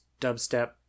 dubstep